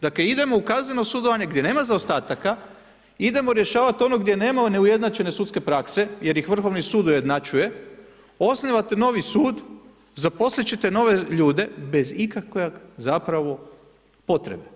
Dakle, idemo u kazneno sudovanje gdje nema zaostataka, idemo rješavati ono gdje nema neujednačene sudske prakse, jer ih Vrhovni sud ujednačuje, osnivate novi sud, zaposliti ćete nove ljude, bez ikakve potrebe.